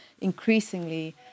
increasingly